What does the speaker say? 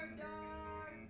dog